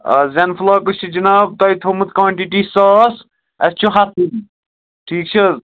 آ زٮ۪ن فُلاکٕس چھِ جِناب تۄہہِ تھوٚومُت کانٹِٹی ساس اَسہِ چھِ ہَتھٕے ٹھیٖک چھِ حظ